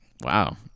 Wow